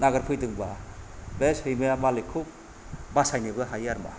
नागिरफैदोंबा बे सैमाया मालिकखौ बासायनोबो हायो आरो मा